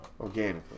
organically